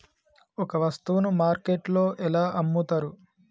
ఒక వస్తువును మార్కెట్లో ఎలా అమ్ముతరు?